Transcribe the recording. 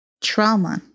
trauma